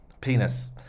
penis